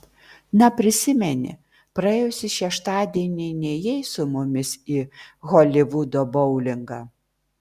na prisimeni praėjusį šeštadienį nėjai su mumis į holivudo boulingą